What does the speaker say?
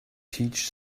teach